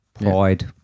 Pride